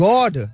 God